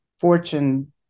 Fortune